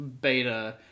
beta